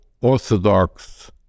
orthodox